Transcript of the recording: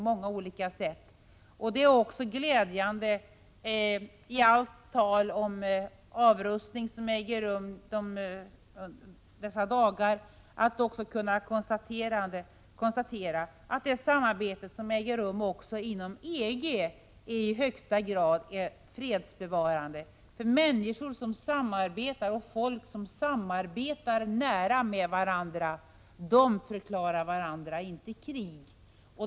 Med tanke på allt tal om avrustning i dessa dagar är det glädjande att kunna konstatera att också det samarbete som äger rum genom EG i högsta grad är fredsbevarande. Människor som nära samarbetar med varandra förklarar inte varandra krig.